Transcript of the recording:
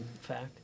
fact